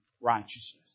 righteousness